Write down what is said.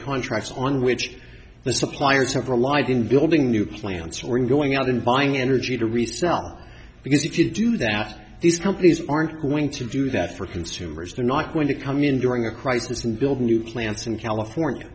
contracts on which the suppliers have relied in building new plants or in going out and buying energy to resell because if you do that these companies aren't going to do that for consumers they're not going to come in during a crisis and build new plants in california